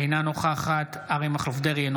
אינה נוכחת אריה מכלוף דרעי,